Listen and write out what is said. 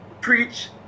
Preach